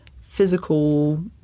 physical